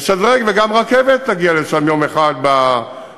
לשדרג, וגם רכבת תגיע לשם יום אחד בהמשך.